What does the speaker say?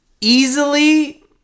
easily